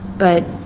but